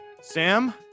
Sam